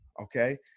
Okay